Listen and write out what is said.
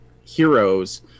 heroes